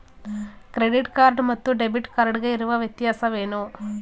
Credit card ಮತ್ತು debit card ಗೆ ಇರುವ ವ್ಯತ್ಯಾಸವೇನು?